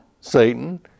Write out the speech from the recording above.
Satan